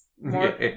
more